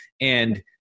And-